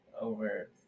Over